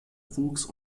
wuchs